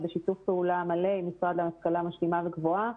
פעולה מלא עם המשרד להשכלה משלימה וגבוהה,